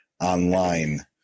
online